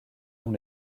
dont